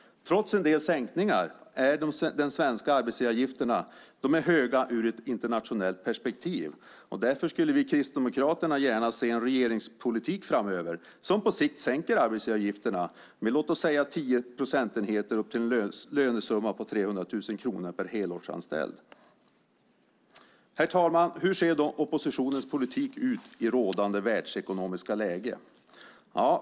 Trots en del sänkningar är de svenska arbetsgivaravgifterna höga ur ett internationellt perspektiv. Därför skulle vi i Kristdemokraterna gärna se en regeringspolitik framöver som på sikt sänker arbetsgivaravgifterna med låt oss säga 10 procentenheter upp till en lönesumma på 300 000 kronor per helårsanställd. Herr talman! Hur ser då oppositionens politik ut i rådande världsekonomiska läge?